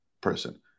person